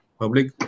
public